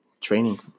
training